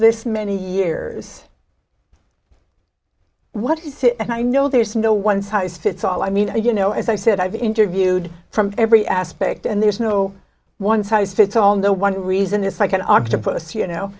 this many years what is it and i know there's no one size fits all i mean you know as i said i've interviewed from every aspect and there's no one size fits all no one reason it's like an octopus you know